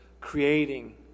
creating